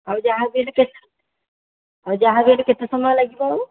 ଆଉ ଯାହାବି ହେଲେ ଆଉ ଯାହାବି ହେଲେ କେତେ ସମୟ ଲାଗିବ ଆଉ